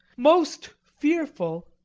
most fearful,